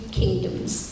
kingdoms